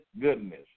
goodness